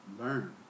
Learn